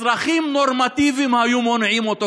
אזרחים נורמטיביים היו מונעים אותו,